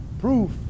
proof